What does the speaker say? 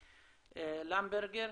למברגר,